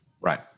Right